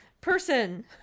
Person